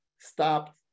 stop